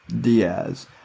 Diaz